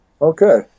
Okay